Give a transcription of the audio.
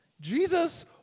Jesus